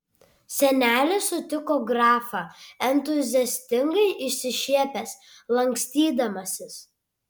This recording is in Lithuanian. senelis sutiko grafą entuziastingai išsišiepęs lankstydamasis